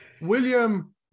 William